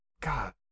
God